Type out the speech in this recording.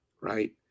right